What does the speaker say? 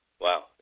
Wow